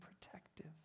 protective